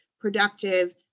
productive